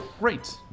Great